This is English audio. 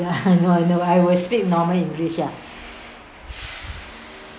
yeah I know I know I will speak normal english ah